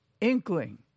inkling